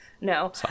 No